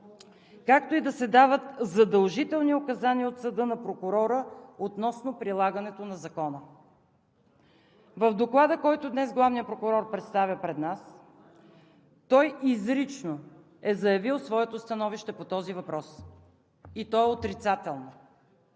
както и да се дават задължителни указания от съда на прокурора относно прилагането на закона. В Доклада, който днес главният прокурор представя пред нас, изрично е заявил своето становище по този въпрос и то е отрицателно.